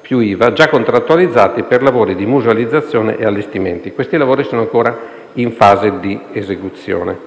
più IVA già contrattualizzati per lavori di musealizzazione e allestimento. Questi lavori sono ancora in fase di esecuzione.